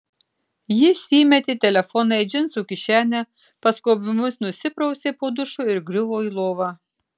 jis įmetė telefoną į džinsų kišenę paskubomis nusiprausė po dušu ir griuvo į lovą